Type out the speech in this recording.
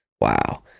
Wow